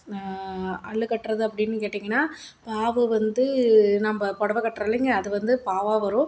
அல்லுக்கட்டுறது அப்படின்னு கேட்டிங்கன்னா பாவு வந்து நம்ப புடவ கட்டுறோல்லைங்க அது வந்து பாவாக வரும்